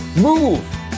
move